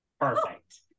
Perfect